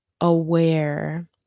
aware